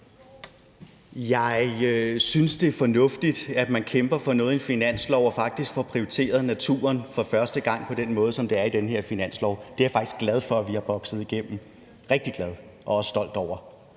Jeg synes, det er fornuftigt, at man kæmper for noget i en finanslov, og at vi faktisk får prioriteret naturen for første gang på den måde, som det er på i den her finanslov. Det er jeg faktisk glad for at vi har bokset igennem, rigtig glad, og også stolt over